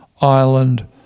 ireland